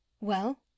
Well